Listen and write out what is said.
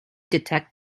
detect